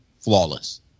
flawless